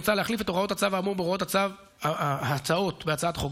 מוצע להחליף את הוראות הצו האמור בהוראות המוצעות בהצעת חוק